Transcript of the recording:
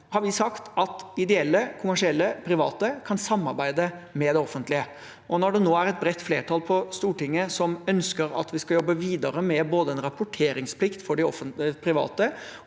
Så har vi sagt at ideelle, kommersielle private kan samarbeide med det offentlige. Når det nå er et bredt flertall på Stortinget som ønsker at vi skal jobbe videre med både en rapporteringsplikt for de private